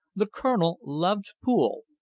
the colonel loved pool,